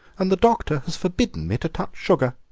and the doctor has forbidden me to touch sugar.